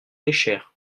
pêchèrent